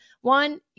one